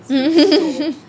mm